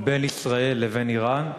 בין ישראל לבין איראן,